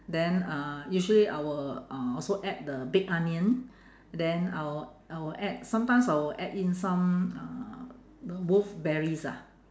then uh usually I will uh also add the big onion then I will I will add sometimes I will add in some uh w~ wolfberries ah